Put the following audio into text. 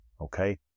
Okay